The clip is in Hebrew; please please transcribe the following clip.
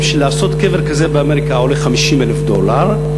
שלעשות קבר כזה באמריקה עולה 50,000 דולר,